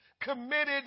committed